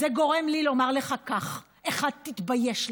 זה גורם לי לומר לך כך: 1. תתבייש לך,